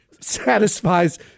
satisfies